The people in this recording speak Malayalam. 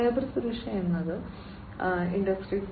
സൈബർ സുരക്ഷ എന്നത് ഇൻഡസ്ട്രി 4